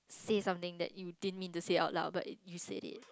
say something that you didn't me the say out lah but it you say